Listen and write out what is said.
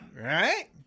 Right